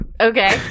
Okay